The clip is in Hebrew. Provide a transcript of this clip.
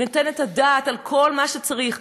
שנותן את הדעת על כל מה שצריך.